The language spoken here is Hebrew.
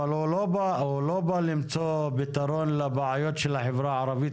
אבל הוא לא בא למצוא פתרון לבעיות של החברה הערבית,